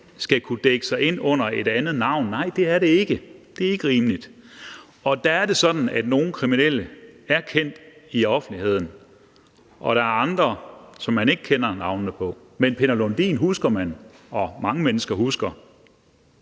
skal kunne dække sig ind under et andet navn? Nej, det er det ikke. Det er ikke rimeligt. Der er det sådan, at nogle kriminelle er kendt i offentligheden, og der er andre, som man ikke kender navnene på. Men Peter Lundin husker man – mange mennesker husker